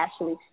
Ashley